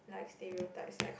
like stereotypes like cause